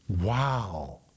Wow